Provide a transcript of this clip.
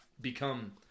become